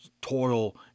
toil